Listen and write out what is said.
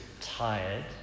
tired